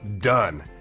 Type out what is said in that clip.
Done